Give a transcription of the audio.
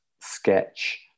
sketch